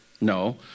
No